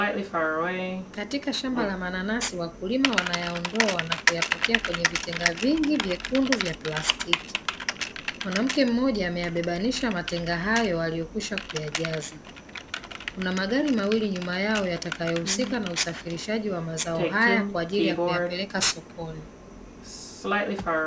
Katika shamba la mananasi wakulima wanayaondoa na kuyapakia kwenye vitenga vingi vyekundu vya plastic ,mwanamke mmoja ameyabebanisha matenga hayo aliyokwisha kuyajaza .Kuna magari mawili nyuma yao yatakayohuska na usafirishaji wa mazao haya kwa ajili ya kuyapeleka sokoni.